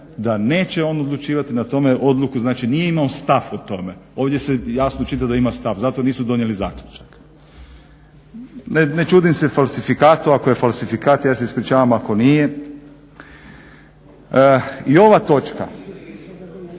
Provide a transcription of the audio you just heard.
da neće on odlučivati na tome, odluku, znači nije imao stav o tome. Ovdje se jasno čita da ima stav zato nisu donijeli zaključak. Ne čudim se falsifikatu. Ako je falsifikat ja se ispričavam ako nije. I ova točka,